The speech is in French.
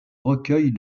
recueils